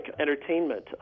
entertainment